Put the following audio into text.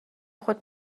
خود